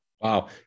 wow